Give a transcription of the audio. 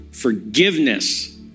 Forgiveness